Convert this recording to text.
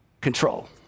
control